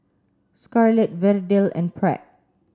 Scarlet Verdell and Pratt